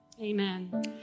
Amen